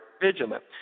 vigilant